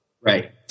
Right